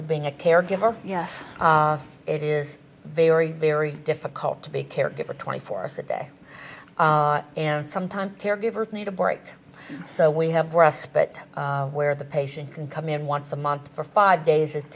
of being a caregiver yes it is very very difficult to be a caregiver twenty four hours a day and sometimes caregivers need a break so we have respite where the patient can come in once a month for five